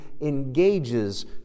engages